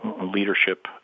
leadership